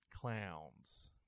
clowns